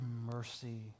mercy